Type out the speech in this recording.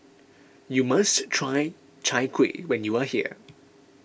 you must try Chai Kuih when you are here